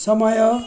समय